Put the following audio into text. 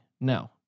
No